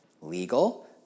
legal